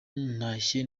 ntashye